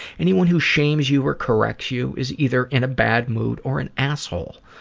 anyone who shames you or corrects you is either in a bad mood or an asshole.